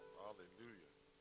hallelujah